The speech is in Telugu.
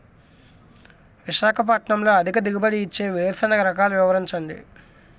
విశాఖపట్నంలో అధిక దిగుబడి ఇచ్చే వేరుసెనగ రకాలు వివరించండి?